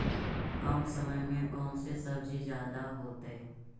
कम समय में कौन से सब्जी ज्यादा होतेई?